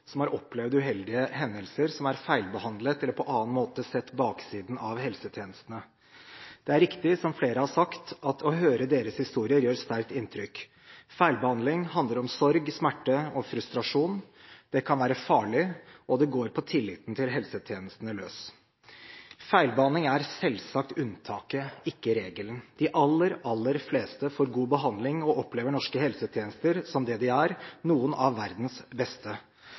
som har opplevd uheldige hendelser, som er feilbehandlet eller som på annen måte har sett baksiden av helsetjenestene. Det er riktig, som flere har sagt, at å høre deres historier gjør sterkt inntrykk. Feilbehandling handler om sorg, smerte og frustrasjon. Det kan være farlig, og det går på tilliten til helsetjenestene løs. Feilbehandling er selvsagt unntaket, ikke regelen. De aller, aller fleste får god behandling og opplever norske helsetjenester som det de er: noen av verdens beste.